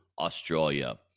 australia